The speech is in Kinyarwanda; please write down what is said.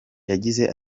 yagize